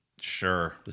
sure